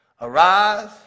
arise